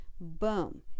boom